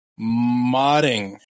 Modding